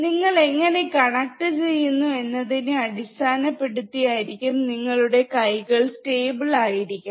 നിങ്ങൾ എങ്ങനെ കണക്ട് ചെയ്യുന്നു എന്നതിനെ അടിസ്ഥാനപ്പെടുത്തി ആയിരിക്കും നിങ്ങളുടെ കൈകൾ സ്റ്റേബിൾ ആയിരിക്കണം